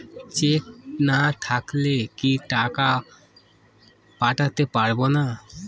Check না থাকলে কি টাকা পাঠাতে পারবো না?